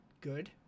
good